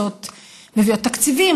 מביאות תקציבים,